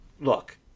look